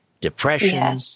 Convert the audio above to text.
depression